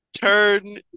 turn